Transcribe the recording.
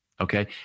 Okay